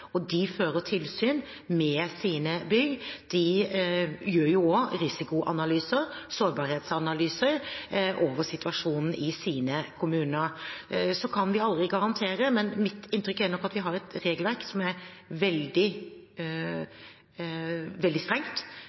De fører tilsyn med sine bygg, og de gjør også risikoanalyser, sårbarhetsanalyser, over situasjonen i sine kommuner. Så kan vi aldri garantere, men mitt inntrykk er nok at vi har et regelverk som er veldig strengt